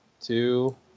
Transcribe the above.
two